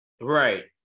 Right